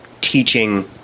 teaching